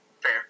Fair